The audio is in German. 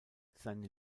seine